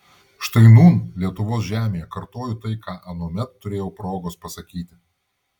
štai nūn lietuvos žemėje kartoju tai ką anuomet turėjau progos pasakyti